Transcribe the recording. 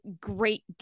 great